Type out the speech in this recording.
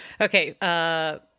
Okay